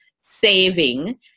saving